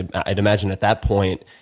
and i'd imagine at that point,